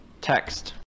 text